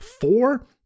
four